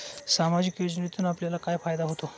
सामाजिक योजनेतून आपल्याला काय फायदा होतो?